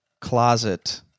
closet